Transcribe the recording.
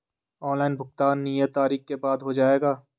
Online भुगतान नियत तारीख के बाद हो जाएगा?